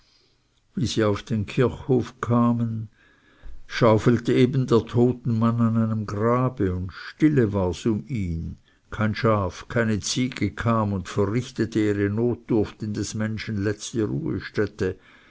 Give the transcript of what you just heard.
wie sie auf den kirchhof kamen schaufelte eben der totenmann an einem grabe und stille wars um ihn kein schaf keine ziege kam und verrichtete ihre notdurft in des menschen letzte ruhestätte